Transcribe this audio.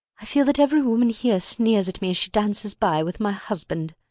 i feel that every woman here sneers at me as she dances by with my husband.